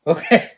Okay